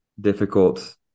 difficult